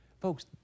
folks